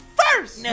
first